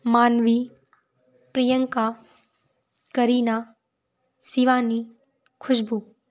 मानवी प्रियंका करीना शिवानी खुशबू